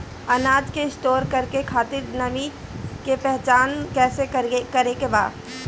अनाज के स्टोर करके खातिर नमी के पहचान कैसे करेके बा?